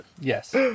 Yes